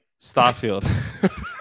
starfield